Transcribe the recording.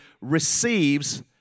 receives